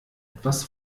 etwas